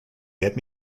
get